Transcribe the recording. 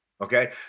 Okay